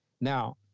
now